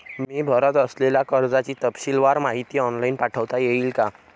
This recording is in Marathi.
मी भरत असलेल्या कर्जाची तपशीलवार माहिती ऑनलाइन पाठवता येईल का?